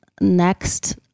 next